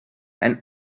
and